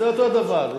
זה אותו הדבר.